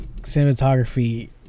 cinematography